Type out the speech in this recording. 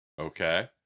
Okay